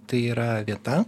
tai yra vieta